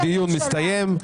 הדיון הסתיים.